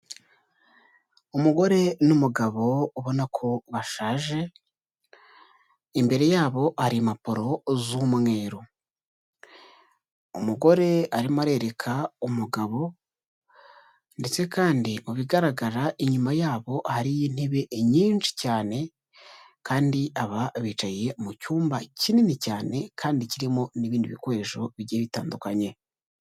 Umugore n'umugabo ubona ko bashaje, imbere yabo hari impapuro z'umweru. Umugore arimo arereka umugabo, ndetse kandi mu bigaragara inyuma yabo hariyo intebe nyinshi cyane, kandi aba bicaye mu cyumba kinini cyane kandi kirimo n'ibindi bikoresho bigiye bitandukanye.